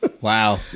Wow